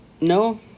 No